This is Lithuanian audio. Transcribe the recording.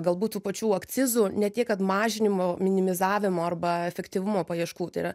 galbūt tų pačių akcizų ne tiek kad mažinimo minimizavimo arba efektyvumo paieškų tai yra